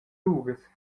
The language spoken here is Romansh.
uras